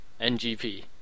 NGP